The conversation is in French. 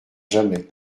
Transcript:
jamais